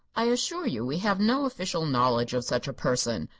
i assure you we have no official knowledge of such a person.